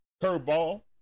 curveball